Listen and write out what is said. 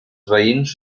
veïns